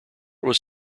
was